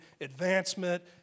advancement